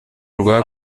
rwa